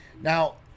Now